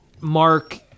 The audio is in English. Mark